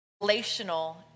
relational